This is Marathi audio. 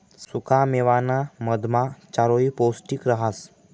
सुखा मेवाना मधमा चारोयी पौष्टिक रहास